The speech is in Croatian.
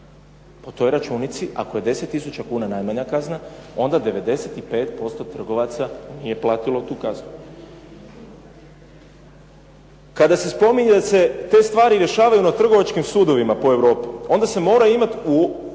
Po toj računici ako je 10 tisuća kuna najmanja kazna onda 95% trgovaca nije platilo tu kaznu. Kada se spominje da se te stvari rješavaju na trgovačkim sudovima po Europi onda se mora uzeti u